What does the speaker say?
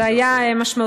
זה היה משמעותי,